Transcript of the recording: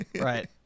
Right